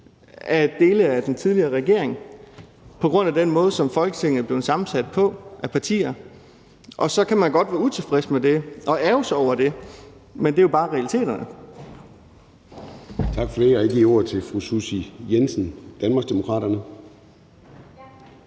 af dele af den tidligere regerings arbejde på grund af den måde, som Folketinget er blevet sammensat på af partier. Og så kan man godt være utilfreds med det og ærgre sig over det, men det er jo bare realiteterne.